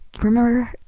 remember